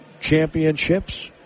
championships